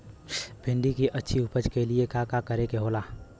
भिंडी की अच्छी उपज के लिए का का करे के होला?